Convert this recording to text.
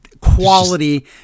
quality